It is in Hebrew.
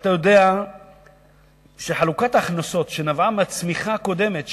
אתה יודע שחלוקת ההכנסות שנבעה מהצמיחה הקודמת,